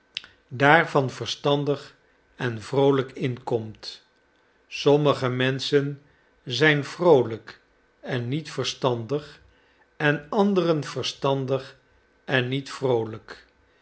van verstandig en vroolijk inkomt sommige menschen zijn vroolijk en niet verstandig en anderen verstandig en niet vroolijk